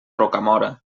rocamora